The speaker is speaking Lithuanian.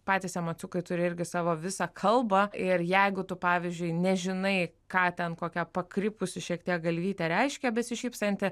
patys emociukai turi irgi savo visą kalbą ir jeigu tu pavyzdžiui nežinai ką ten kokia pakrypusi šiek tiek galvytė reiškia besišypsanti